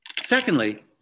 Secondly